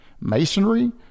masonry